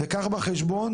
וקח בחשבון